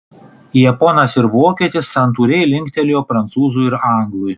japonas ir vokietis santūriai linktelėjo prancūzui ir anglui